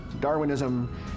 Darwinism